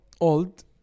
old